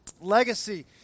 Legacy